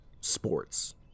Sports